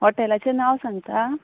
हॉटॅलाचें नांव सांगता